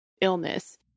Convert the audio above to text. illness